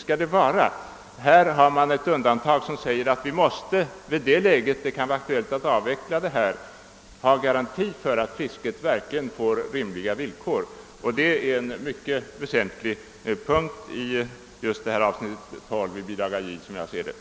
Här finns emellertid ett undantag som säger att vi i det läge, då det kan vara aktuellt med en avveckling, måste ha garanti för att fisket verkligen får rimliga villkor. Det är, som jag ser saken, ett mycket väsentligt avsnitt av punkten 12 i bilaga J.